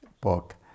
book